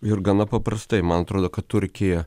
ir gana paprastai man atrodo kad turkija